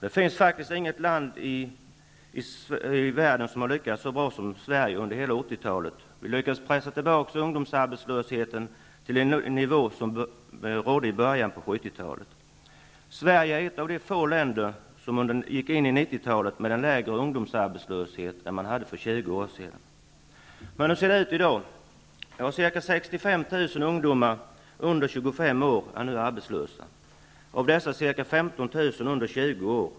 Det finns inget annat land i världen som har lyckats så bra med det som Sverige under hela 1980-talet. Vi lyckades pressa ner ungdomsarbetslösheten till den nivå som rådde i början av 1970-talet. Sverige är ett av de få länder som gick in i 90-talet med en lägre ungdomsarbetslöshet än vi hade för 20 år sedan. Hur ser det ut i dag? Ca 65 000 ungdomar under 25 år är nu arbetslösa. Av dessa är ca 15 000 under 20 år.